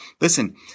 Listen